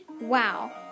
Wow